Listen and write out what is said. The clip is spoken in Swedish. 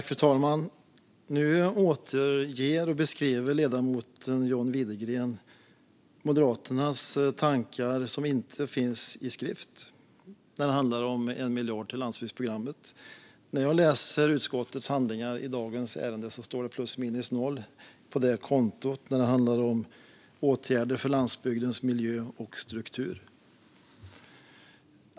Fru talman! Nu återger och beskriver ledamoten John Widegren tankar från Moderaterna som inte finns i skrift, när det handlar om 1 miljard till landsbygdsprogrammet. När jag läser utskottets handlingar i dagens ärende ser jag att det står plus minus noll på kontot som handlar om åtgärder för landsbygdens miljö och struktur.